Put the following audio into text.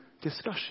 discussion